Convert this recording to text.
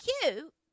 cute